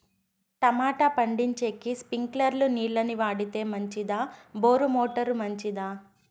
Tomato పండించేకి స్ప్రింక్లర్లు నీళ్ళ ని వాడితే మంచిదా బోరు మోటారు మంచిదా?